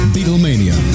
Beatlemania